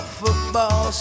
football